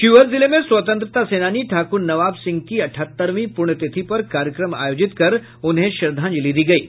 शिवहर जिले में स्वतंत्रता सेनानी ठाकुर नवाब सिंह की अठहत्तरवीं पुण्यतिथि पर कार्यक्रम आयोजित कर उन्हें श्रद्धांजलि दी गयी